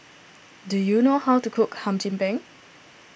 do you know how to cook Hum Chim Peng